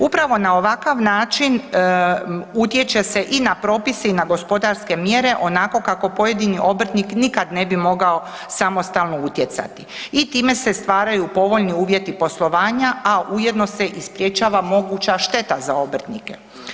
Upravo na ovakav način utječe se i na propise i na gospodarske mjere onako kako pojedini obrtnik nikad ne bi mogao samostalno utjecati i time se stvaraju povoljni uvjeti poslovanja, a ujedno se i sprječava moguća šteta za obrtnike.